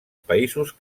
països